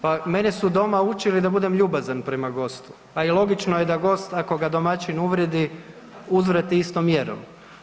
Pa mene su doma učili da budem ljubazan prema gostu, a i logično je da gost ako ga domaćin uvredi uzvrati istom mjerom.